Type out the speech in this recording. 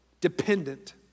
dependent